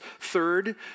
third